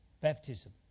baptism